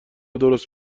درست